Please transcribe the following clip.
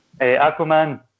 Aquaman